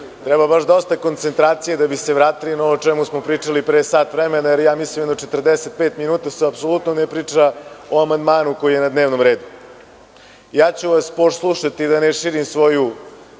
treba baš dosta koncentracije da bi se vratili na ovo o čemu smo pričali pre sat vremena, jer mislim da se 45 minuta apsolutno ne priča o amandmanu koji je na dnevnom redu. Poslušaću vas da ne širim svoju